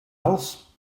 else